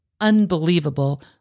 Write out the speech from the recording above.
unbelievable